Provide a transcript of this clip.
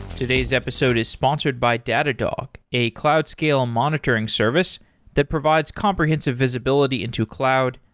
today's episode is sponsored by datadog, a cloud scale monitoring service that provides comprehensive visibility into cloud,